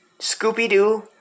Scooby-Doo